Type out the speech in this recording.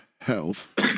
Health